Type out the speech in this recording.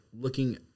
looking